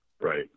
Right